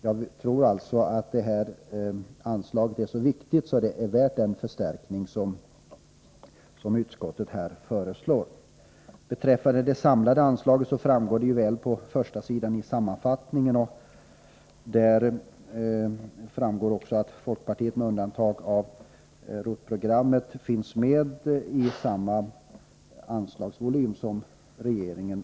Jag tror alltså att detta anslag är så viktigt att det är värt den förstärkning som utskottet föreslår. Det samlade anslaget framgår väl av sammanfattningen på första sidan i utskottets betänkande. Där framgår också att folkpartiet med undantag för ROT-programmet föreslår samma anslagsvolym som regeringen.